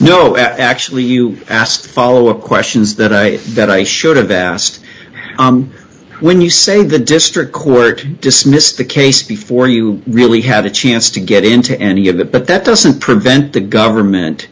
no actually you asked followup questions that a that i should have asked on when you say the district court dismissed the case before you really had a chance to get into any of that but that doesn't prevent the government